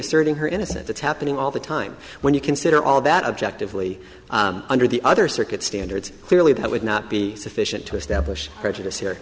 asserting her innocence that's happening all the time when you consider all that objectively under the other circuit standards clearly that would not be sufficient to establish prejudice here